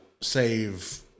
save